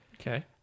Okay